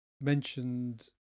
mentioned